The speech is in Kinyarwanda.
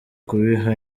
kubiha